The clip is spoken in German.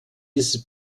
dieses